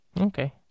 okay